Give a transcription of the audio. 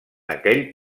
aquell